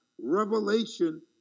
revelation